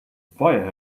fire